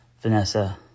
Vanessa